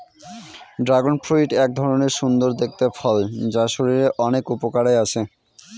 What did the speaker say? dragon fruit এক ধরনের সুন্দর দেখতে ফল যা শরীরের অনেক উপকারে আসে